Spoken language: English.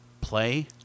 play